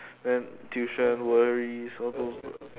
then tuition worries all those